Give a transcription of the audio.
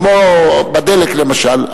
כמו בדלק למשל,